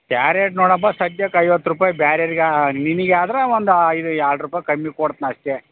carrot ನೋಡಪ್ಪ ಸದ್ಯಕ್ಕೆ ಐವತ್ತು ರೂಪಾಯಿ ಬ್ಯಾರೆರ್ಗೆ ನಿನಗಾದ್ರೆ ಒಂದು ಎರಡು ರೂಪಾಯಿ ಕಮ್ಮಿ ಕೊಡ್ತೀನಿ ಅಷ್ಟೆ